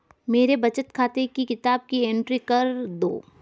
मेरे बचत खाते की किताब की एंट्री कर दो?